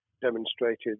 demonstrated